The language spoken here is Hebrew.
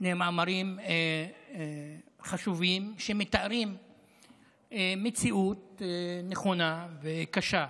שני מאמרים חשובים שמתארים מציאות נכונה וקשה: